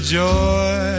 joy